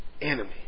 enemy